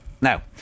now